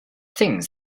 things